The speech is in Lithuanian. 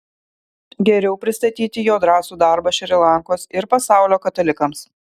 geriau pristatyti jo drąsų darbą šri lankos ir pasaulio katalikams